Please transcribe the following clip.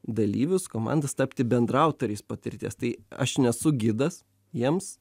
dalyvius komandos tapti bendraautoriais patirties tai aš nesu gidas jiems